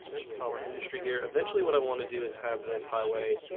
put some more industry here eventually. what i want to do is have this highway